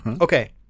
Okay